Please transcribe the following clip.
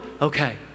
okay